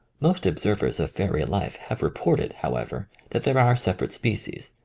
most observers of fairy life have reported, however, that there are sep arate species,